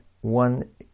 one